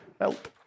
Help